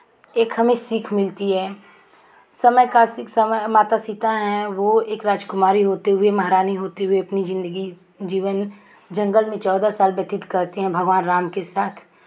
एक हमें सीख मिलती है समय का सीख समय माता सीता हैं वो राजकुमारी होते हुए महारानी होते हुए अपनी ज़िंदगी जीवन जंगल में चौदह साल व्यतीत करती हैं भगवान राम के साथ